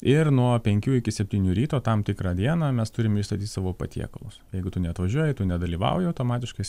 ir nuo penkių iki septynių ryto tam tikrą dieną mes turim išstatyt savo patiekalus jeigu tu neatvažiuoji tu nedalyvauji automatiškai esi